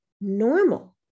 normal